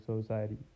society